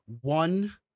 one